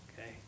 Okay